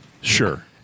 Sure